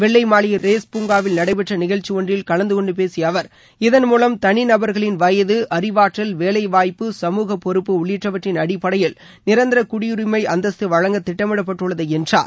வெள்ளை மாளிகை ரேஸ் பூங்காவில் நடைபெற்ற நிகழ்ச்சி ஒன்றில் கலந்தகொண்டு பேசிய அவர் இதன் மூலம் தனி நபர்களின் வயது அறிவாற்றல் வேலைவாய்ப்பு சமூக பொறுப்பு உள்ளிட்டவற்றின் அடிப்படையில் நிரந்தர குடியுரிமை அந்தஸ்து வழங்க திட்டமிடப்பட்டுள்ளது என்றார்